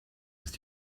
ist